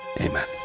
Amen